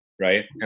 right